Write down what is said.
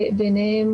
ביניהן